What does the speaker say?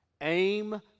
Aim